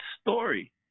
story